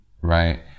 right